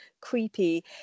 creepy